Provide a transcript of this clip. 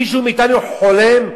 מישהו מאתנו חולם?